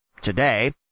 today